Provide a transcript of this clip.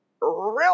real